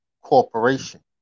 corporation